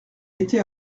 était